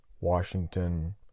Washington